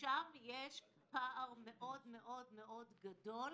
ושם יש פער מאוד מאוד מאוד גדול